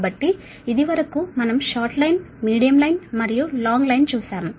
కాబట్టి ఇది వరకు మనం షార్ట్ లైన్ మీడియం లైన్ మరియు లాంగ్ లైన్ చూసాము